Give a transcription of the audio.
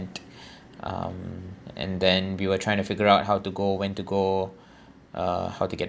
um and then we were trying to figure out how to go when to go uh how to get